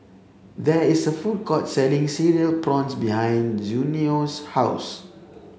there is a food court selling cereal prawns behind Junious' house